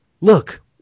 look